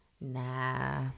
nah